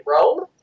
Rome